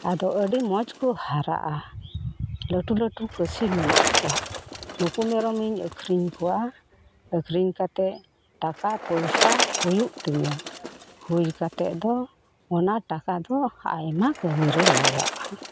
ᱟᱫᱚ ᱟᱹᱰᱤ ᱢᱚᱡᱽ ᱠᱚ ᱦᱟᱨᱟᱜᱼᱟ ᱞᱟᱹᱴᱩ ᱞᱟᱹᱴᱩ ᱠᱟᱹᱥᱤ ᱢᱮᱱᱟᱜ ᱠᱚᱣᱟ ᱱᱩᱠᱩ ᱢᱮᱨᱚᱢᱤᱧ ᱟ ᱠᱷᱨᱤᱧ ᱠᱚᱣᱟ ᱟᱹᱠᱷᱨᱤᱧ ᱠᱟᱛᱮᱫ ᱴᱟᱠᱟ ᱯᱚᱭᱥᱟ ᱦᱩᱭᱩᱜ ᱛᱤᱧᱟᱹ ᱦᱩᱭ ᱠᱟᱛᱮᱫ ᱫᱚ ᱚᱱᱟ ᱴᱟᱠᱟ ᱫᱚ ᱟᱭᱢᱟ ᱠᱟᱹᱢᱤᱨᱮ ᱞᱟᱜᱟᱜᱼᱟ